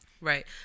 Right